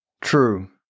True